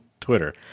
Twitter